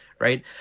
Right